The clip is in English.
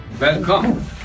Welcome